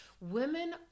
women